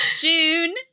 June